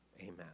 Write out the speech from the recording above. Amen